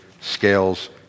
scales